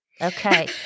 Okay